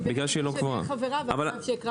בגלל שהיא לא חברה קבועה.